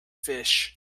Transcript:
fish